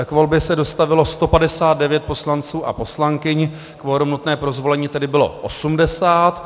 K volbě se dostavilo 159 poslanců a poslankyň, kvorum nutné pro zvolení tedy bylo 80.